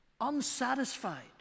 unsatisfied